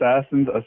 Assassins